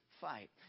fight